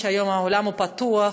היום העולם הוא פתוח,